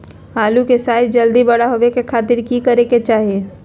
आलू के साइज जल्दी बड़ा होबे के खातिर की करे के चाही?